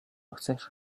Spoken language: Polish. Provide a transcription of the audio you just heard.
chcesz